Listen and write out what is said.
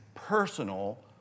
Personal